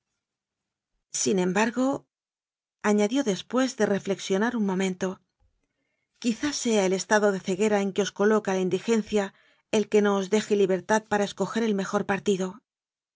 sin embargoañadió después de reflexionar un momento quizá sea el estado de ceguera en que os coloca la indigencia el que no os deje libertad pana escoger el mejor partido